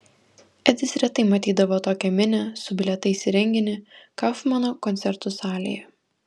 edis retai matydavo tokią minią su bilietais į renginį kaufmano koncertų salėje